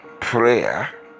prayer